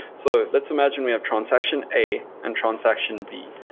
so let's imagine we have transaction a and transaction b.